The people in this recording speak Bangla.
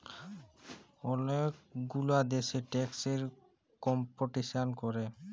ওলেক গুলা দ্যাশে ট্যাক্স এ কম্পিটিশাল ক্যরে